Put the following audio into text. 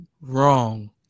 wrong